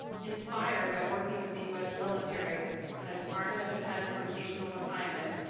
inspired by working with the u s. military on a department of defense rotational assignment,